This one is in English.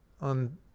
on